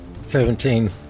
Seventeen